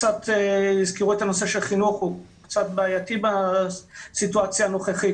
הזכירו את הנושא של חינוך וזה קצת בעייתי בסיטואציה הנוכחית.